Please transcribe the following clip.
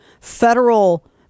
federal